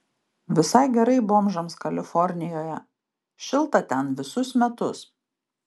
visai gerai bomžams kalifornijoje šilta ten visus metus